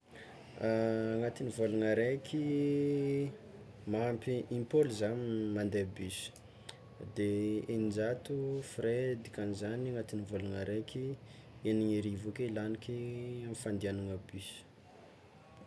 Agnatin'ny vôlagna araiky mahampy impolo zah mande bus de eninjato frais dikan'izany agnatin'ny araiky eniny arivo ake laniky amy fandianana bus.